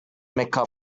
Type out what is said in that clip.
mecca